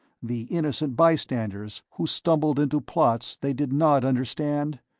the innocent bystanders who stumbled into plots they did not understand?